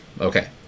Okay